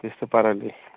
त्यस्तो पाराले